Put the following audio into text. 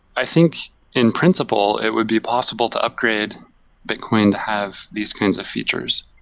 i think in principle, it would be possible to upgrade bitcoin to have these kinds of features.